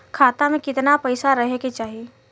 खाता में कितना पैसा रहे के चाही?